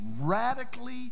radically